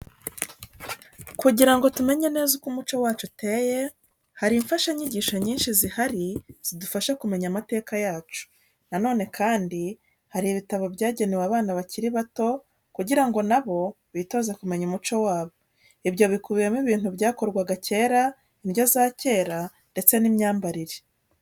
Kugira ngo tumenye neza uko umuco wacu uteye, hari imfashanyigisho nyinshi zihari zidufasha kumenya amateka yacu. Nanone kandi hari ibitabo byagenewe abana bakiri bato, kugira ngo nabo bitoze kumenya umuco wabo. Ibyo bikubiyemo ibintu byakorwaga kera, indyo za kera ndetse n'imyambarire.